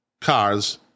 cars